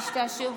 תשתעשעו.